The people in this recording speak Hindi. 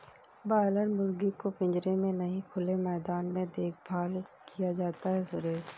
बॉयलर मुर्गी को पिंजरे में नहीं खुले मैदान में देखभाल किया जाता है सुरेश